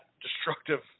destructive